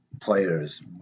players